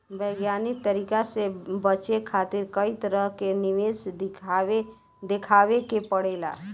वैज्ञानिक तरीका से बचे खातिर कई तरह के निवेश देखावे के पड़ेला